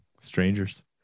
Strangers